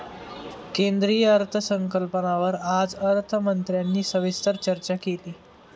केंद्रीय अर्थसंकल्पावर आज अर्थमंत्र्यांनी सविस्तर चर्चा केली